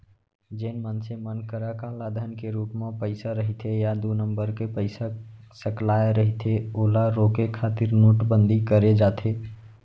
जेन मनसे मन करा कालाधन के रुप म पइसा रहिथे या दू नंबर के पइसा सकलाय रहिथे ओला रोके खातिर नोटबंदी करे जाथे